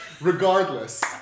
regardless